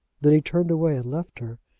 then he turned away and left her,